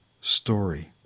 story